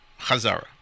Chazara